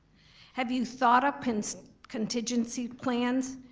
have you thought up and so contingency plans?